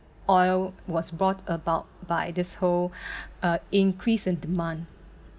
oil was brought about by this whole uh increase in demand